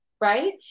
right